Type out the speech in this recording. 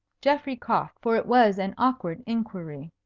geoffrey coughed, for it was an awkward inquiry.